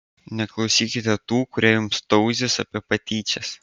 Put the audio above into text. neklausykite tų kurie jums tauzys apie patyčias